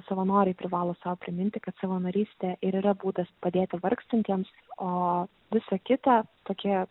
savanoriai privalo sau priminti kad savanorystė ir yra būdas padėti vargstantiems o visa kita tokie